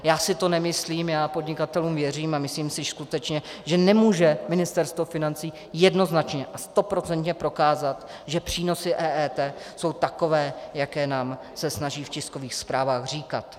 Já si to nemyslím, já podnikatelům věřím a myslím si skutečně, že nemůže Ministerstvo financí jednoznačně a stoprocentně dokázat, že přínosy EET jsou takové, jaké se nám snaží v tiskových zprávách říkat.